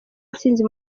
intsinzi